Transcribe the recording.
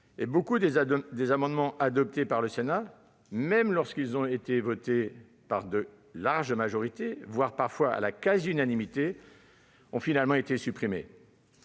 et nombre des amendements adoptés par le Sénat, même lorsqu'ils ont été votés à une très grande majorité, voire à la quasi-unanimité, ont finalement été supprimés.